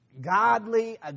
godly